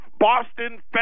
boston